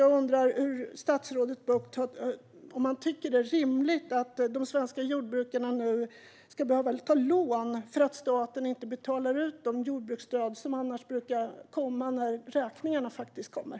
Jag undrar om statsrådet Bucht tycker att det är rimligt att de svenska jordbrukarna nu ska behöva ta lån för att staten inte betalar ut de jordbruksstöd som annars brukar komma när räkningarna faktiskt kommer.